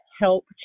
help